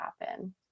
happen